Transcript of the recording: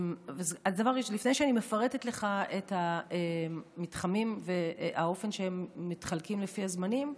לפני שאני מפרטת לך את המתחמים ואת האופן שהם מתחלקים לפי הזמנים,